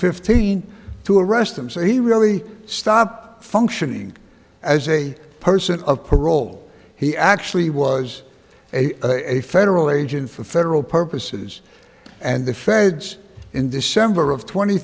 fifteen to arrest him so he really stop functioning as a person of parole he actually was a federal agent for federal purposes and the feds in december of tw